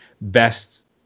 best